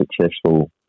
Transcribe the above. successful